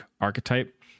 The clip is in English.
archetype